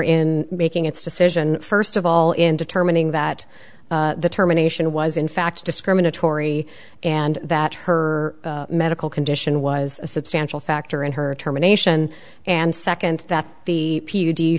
in making its decision first of all in determining that the termination was in fact discriminatory and that her medical condition was a substantial factor in her terminations and second that the p d